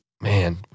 Man